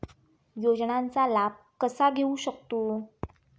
योजनांचा लाभ कसा घेऊ शकतू?